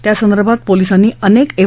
त्या संदर्भात पोलिसांनी अनेक एफ